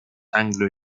anglo